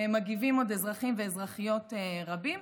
מגיבים עוד אזרחים ואזרחיות רבים,